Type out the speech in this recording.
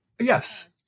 Yes